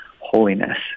holiness